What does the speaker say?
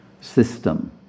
system